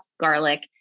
garlic